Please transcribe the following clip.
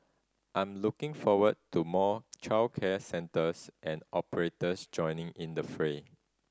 I'm looking forward to more childcare centres and operators joining in the fray